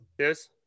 Cheers